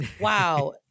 wow